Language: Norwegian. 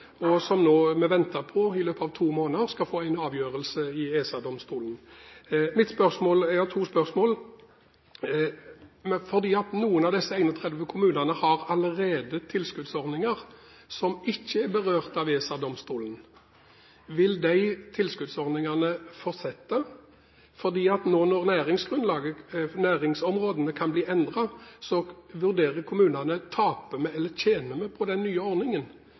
og som vi nå venter på i løpet av to måneder skal få en avgjørelse i EFTA-domstolen. Jeg har to spørsmål. Fordi noen av disse 31 kommunene allerede har tilskuddsordninger som ikke er berørt av EFTA-domstolen, vil de tilskuddsordningene fortsette? For når nå næringsområdene kan bli endret, vurderer kommunene om de taper eller tjener på den nye ordningen,